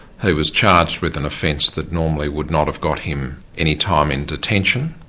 he was charged with an offence that normally would not have got him any time in detention,